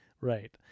Right